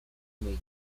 made